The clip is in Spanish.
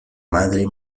madre